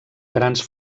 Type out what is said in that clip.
grans